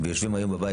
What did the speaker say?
ויושבים היום בבית,